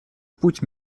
путь